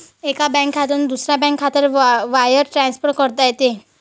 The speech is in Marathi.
एका बँक खात्यातून दुसऱ्या बँक खात्यात वायर ट्रान्सफर करता येते